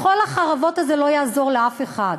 מחול החרבות הזה לא יעזור לאף אחד.